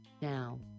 now